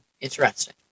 Interesting